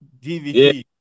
DVD